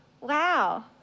Wow